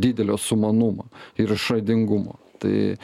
didelio sumanumo ir išradingumo tai